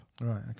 Right